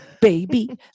Baby